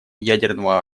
ядерного